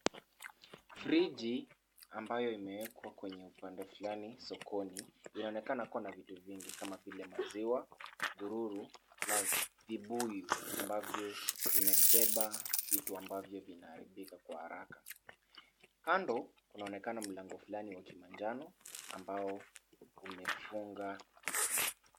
Friji ambayo imeekwa kwenye upande fulani sokoni inaonekana kuna vitu vingi kama vile maziwa, gururu na vibuyu ambavyo vimebeba vitu ambavyo vinaharibika kwa haraka. Kando kunaonekana mlango fulani wa kimanjano ambao umefunga duka.